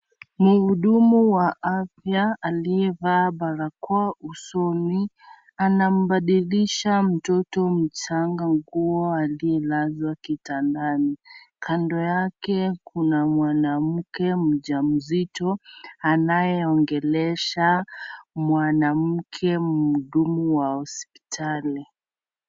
Mhudumu wa afya aliyevaa barakoa usoni anambadilisha mtoto mchanga nguo aliyelazwa kitandani. Kando yake kuna mwanamke mjamzito anayeongelesha mwanamke mhudumu wa hospitali.